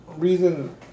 reason